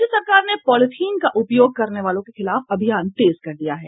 राज्य सरकार ने पॉलीथिन का उपयोग करने वाले के खिलाफ अभियान तेज कर दिया है